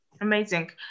Amazing